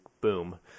boom